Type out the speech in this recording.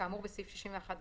כאמור בסעיף 61ג,